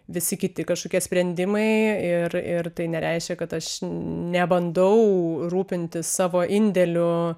visi kiti kažkokie sprendimai ir ir tai nereiškia kad aš nebandau rūpintis savo indėliu